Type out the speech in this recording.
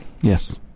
Yes